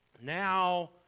now